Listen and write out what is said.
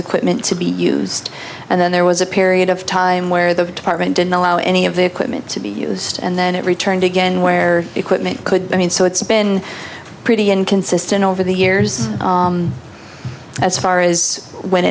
equipment to be used and then there was a period of time where the department didn't allow any of the equipment to be used and then it returned again where equipment could i mean so it's been pretty inconsistent over the years as far as when